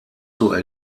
zur